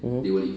mmhmm